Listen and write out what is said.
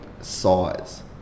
size